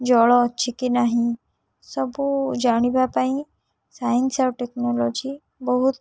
ଜଳ ଅଛି କି ନାହିଁ ସବୁ ଜାଣିବା ପାଇଁ ସାଇନ୍ସ୍ ଆଉ ଟେକ୍ନୋଲୋଜି ବହୁତ